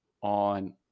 on